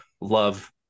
love